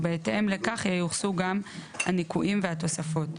ובהתאם לכך ייוחסו גם הניכויים והתוספות.